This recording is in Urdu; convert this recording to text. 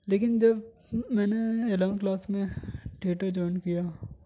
لیکن جب میں نے الیون کلاس میں تھیئٹر جوائن کیا